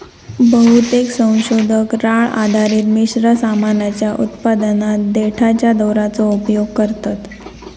बहुतेक संशोधक राळ आधारित मिश्र सामानाच्या उत्पादनात देठाच्या दोराचो उपयोग करतत